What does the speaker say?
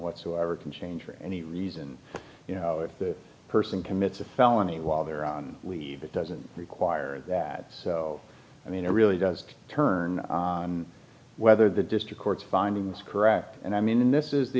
whatsoever can change for any reason you know if the person commits a felony while they're on it doesn't require that i mean it really does turn whether the district court's findings correct and i mean this is the